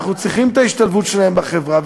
אנחנו צריכים את ההשתלבות שלהם בחברה.